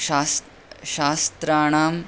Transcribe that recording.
शास्त् शास्त्राणां